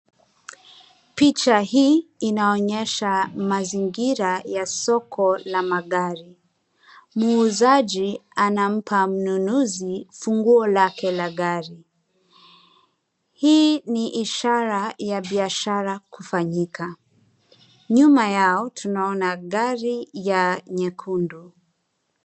Picha hii inaonyesha mazingira ya soko la magari muuzaji anampa mnunuzi funguo lake la gari hii ni ishara ya biashara kufanyika nyuma yao tunaona gari ya nyekundu.